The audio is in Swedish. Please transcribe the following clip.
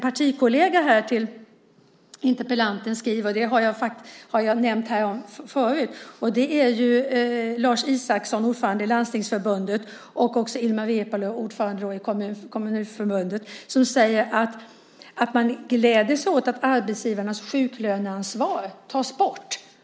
Partikolleger till interpellanten, Lars Isaksson, ordförande i Landstingsförbundet, och Ilmar Reepalu, ordförande i Kommunförbundet, säger att man gläder sig åt att arbetsgivarnas sjuklöneansvar tas bort.